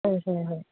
হয় হয় হয়